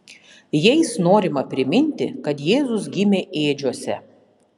jais norima priminti kad jėzus gimė ėdžiose